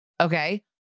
Okay